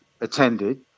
attended